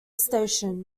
station